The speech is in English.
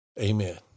Amen